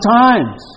times